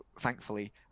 thankfully